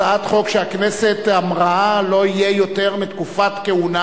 הצעת חוק שהכנסת אמרה: לא תהיה יותר מתקופת כהונה,